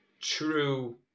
True